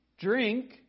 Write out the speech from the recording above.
Drink